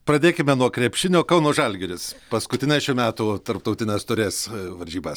pradėkime nuo krepšinio kauno žalgiris paskutines šių metų tarptautinės taurės varžybas